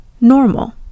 normal